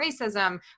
racism